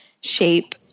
shape